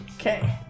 Okay